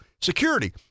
Security